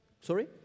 Sorry